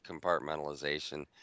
compartmentalization